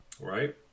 Right